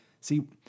See